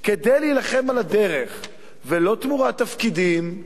כדי להילחם על הדרך ולא תמורת תפקידים,